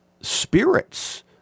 spirits